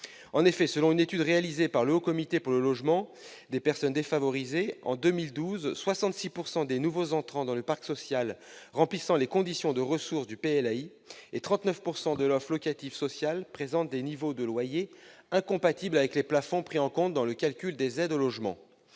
En effet, selon une étude réalisée par le Haut comité pour le logement des personnes défavorisées, en 2012, 66 % des nouveaux entrants dans le parc social remplissent les conditions de ressources pour accéder aux logements PLAI et 39 % de l'offre locative sociale présente des niveaux de loyers incompatibles avec les plafonds pris en compte dans le calcul des aides au logement.